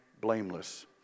blameless